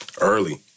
Early